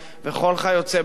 וכל כיוצא בזה,